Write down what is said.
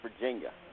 Virginia